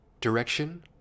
direction